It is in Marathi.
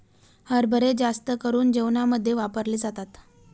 हरभरे जास्त करून जेवणामध्ये वापरले जातात